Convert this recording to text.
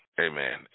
amen